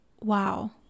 wow